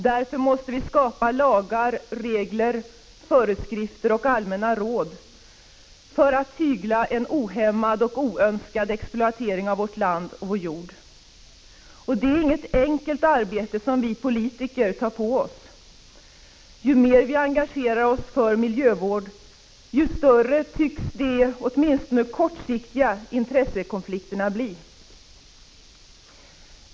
Därför måste vi skapa lagar, regler, föreskrifter och allmänna råd för att tygla en ohämmad och oönskad exploatering av vårt land och vår jord. Det är inget enkelt arbete som vi politiker tar på oss. Ju mer vi engagerar oss för miljövård, desto större tycks åtminstone de kortsiktiga intressekonflikterna bli.